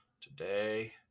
today